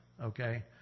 okay